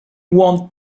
want